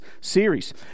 series